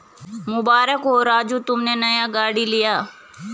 मुबारक हो राजू तुमने नया गाड़ी लिया